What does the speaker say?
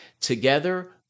Together